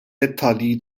dettalji